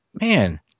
man